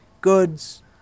goods